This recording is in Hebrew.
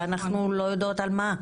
ואנחנו לא יודעות על מה.